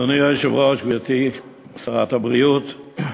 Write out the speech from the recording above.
אדוני היושב-ראש, גברתי שרת הבריאות,